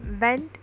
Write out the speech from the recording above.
went